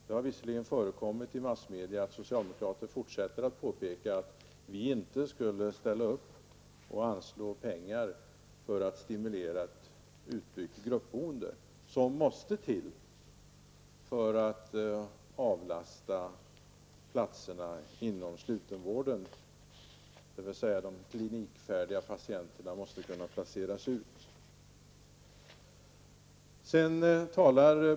Det har visserligen förekommit att socialdemokraterna i massmedia fortsätter att uttala sig om att vi moderater inte skulle ställa upp och anslå pengar till en stimulans för ett utbyggt gruppboende, något som måste till för att avlasta slutenvården. De klinikfärdiga patienterna måste kunna placeras ut.